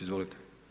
Izvolite.